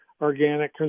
organic